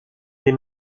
des